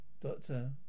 doctor